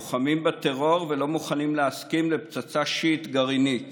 לוחמים בטרור ולא מוכנים להסכים לפצצה שיעית גרעינית